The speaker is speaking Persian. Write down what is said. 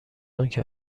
آنکه